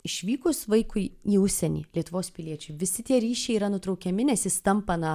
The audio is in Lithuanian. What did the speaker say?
išvykus vaikui į užsienį lietuvos piliečiui visi tie ryšiai yra nutraukiami nes jis tampa na